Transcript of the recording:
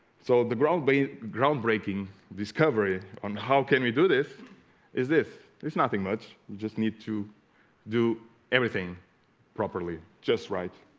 so the ground by groundbreaking discovery on how can we do this is this there's nothing much you just need to do everything properly just right